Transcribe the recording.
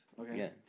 Okay